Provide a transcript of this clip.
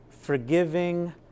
forgiving